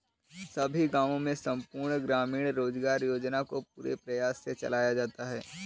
सभी गांवों में संपूर्ण ग्रामीण रोजगार योजना को पूरे प्रयास से चलाया जाता है